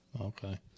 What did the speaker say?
Okay